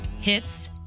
hits